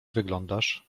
wyglądasz